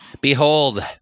Behold